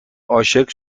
عاشق